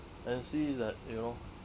and see that you know